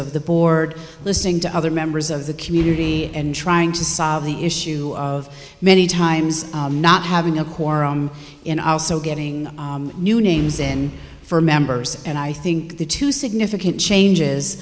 of the board listening to other members of the community and trying to solve the issue of many times not having a quorum in also getting new names in for members and i think the two significant changes